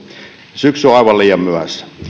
syksy on aivan liian myöhässä